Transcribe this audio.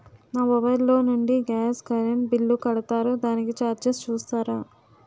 మా మొబైల్ లో నుండి గాస్, కరెన్ బిల్ కడతారు దానికి చార్జెస్ చూస్తారా?